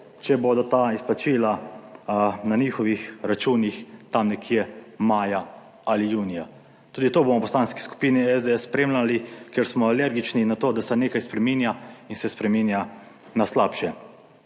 če bodo ta izplačila na njihovih računih tam nekje maja ali junija. Tudi to bomo v Poslanski skupini SDS spremljali, ker smo alergični na to, da se nekaj spreminja in se spreminja na slabše.